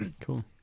Cool